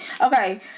Okay